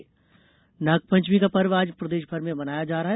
नागपंचमी नागपंचमी का पर्व आज प्रदेशभर में मनाया जा रहा है